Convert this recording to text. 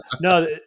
No